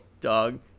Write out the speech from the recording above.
dog